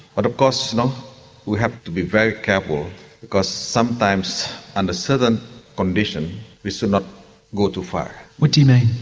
but of course and um we have to be very careful because sometimes under certain conditions we should not go too far. what do you mean?